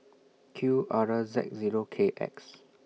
Q R Z Zero K X